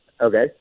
Okay